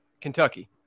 Kentucky